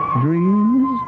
dreams